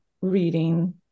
reading